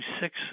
six